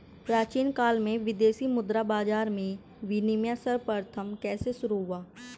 प्राचीन काल में विदेशी मुद्रा बाजार में विनिमय सर्वप्रथम कैसे शुरू हुआ?